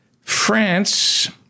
France